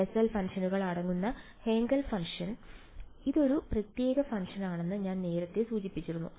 Bessel ഫംഗ്ഷനുകൾ അടങ്ങുന്ന Hankel function ഇതൊരു പ്രത്യേക ഫംഗ്ഷനാണെന്ന് ഞാൻ നേരത്തെ സൂചിപ്പിച്ചിരുന്നു